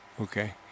Okay